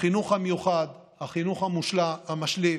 החינוך המיוחד, החינוך המשלים,